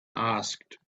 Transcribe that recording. asked